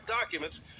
documents